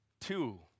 two